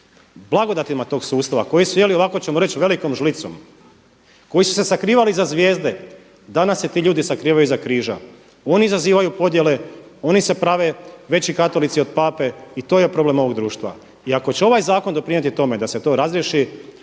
blagodatima tog sustava koji su jeli ovako ćemo reći, velikom žlicom, koji su se sakrivali iza zvijezde, danas se ti ljudi sakrivaju iza križa. Oni izazivaju podjele, oni se prave veći katolici od Pape i to je problem ovog društva. I ako će ovaj zakon doprinijeti tome da se to razriješi,